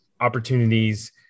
opportunities